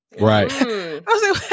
right